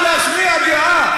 תשאירו לנו לפחות להשמיע דעה.